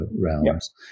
realms